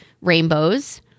rainbows